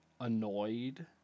annoyed